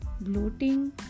bloating